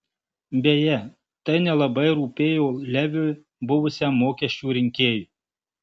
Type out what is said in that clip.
beje tai nelabai rūpėjo leviui buvusiam mokesčių rinkėjui